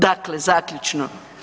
Dakle, zaključno.